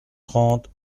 trente